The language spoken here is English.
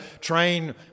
train